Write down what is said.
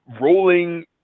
rolling